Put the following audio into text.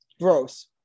Gross